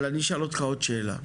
אבל אני אשאל אותך עוד שאלה.